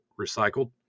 recycled